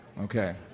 Okay